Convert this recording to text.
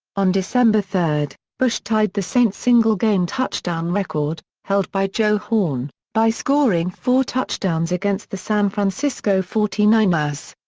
on december three, bush tied the saints' single-game touchdown record, held by joe horn, by scoring four touchdowns against the san francisco forty nine ers.